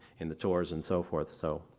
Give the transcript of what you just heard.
in the tours and so forth. so,